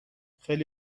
خیلی